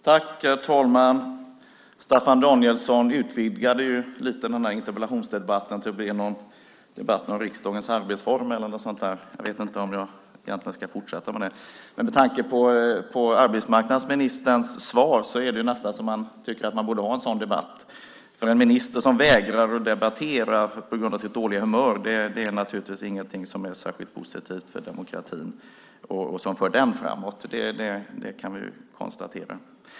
Herr talman! Staffan Danielsson utvidgade denna interpellationsdebatt lite grann till att bli en debatt om riksdagens arbetsformer eller något liknande. Jag vet inte om jag ska fortsätta med det. Men med tanke på arbetsmarknadsministerns svar är det nästan så att man tycker att man borde ha en sådan debatt. En minister som vägrar debattera på grund av sitt dåliga humör är naturligtvis ingenting som är särskilt positivt för demokratin och som för den framåt. Det kan vi konstatera.